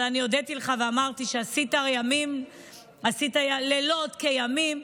אבל הודיתי לך ואמרתי שעשית לילות כימים,